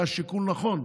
היה שיקול נכון.